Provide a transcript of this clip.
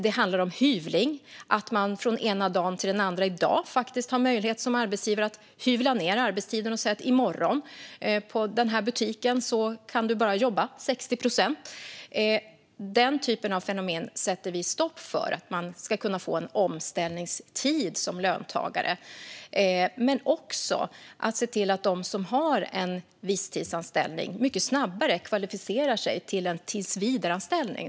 Det handlar om hyvling - att arbetsgivare i dag faktiskt har möjlighet att hyvla ned arbetstiden och säga till en arbetstagare att i morgon kan du bara jobba 60 procent i den här butiken. Den typen av fenomen sätter vi stopp för. Man ska kunna få en omställningstid som löntagare. Vi ska också se till att den som har en visstidsanställning mycket snabbare kvalificerar sig till en tillsvidareanställning.